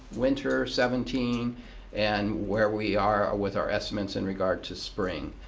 winter seventeen and where we are with our estimates in regard to spring.